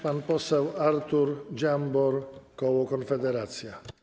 Pan poseł Artur Dziambor, koło Konfederacja.